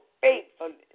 faithfulness